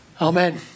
Amen